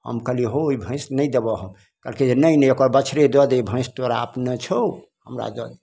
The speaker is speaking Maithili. हम कहली हो ई भैंस नहि देबो कहलकै नहि नहि ओकरे बछड़े दए दिह भैंस तोरा अपने छौ हमरा दऽदे